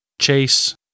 Chase